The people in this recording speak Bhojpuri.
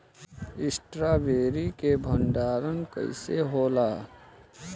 स्ट्रॉबेरी के भंडारन कइसे होला?